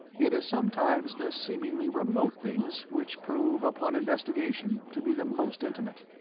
it is sometimes the seemingly remote things which prove upon investigation to be the most intimate.